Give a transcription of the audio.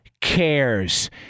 cares